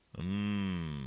Mmm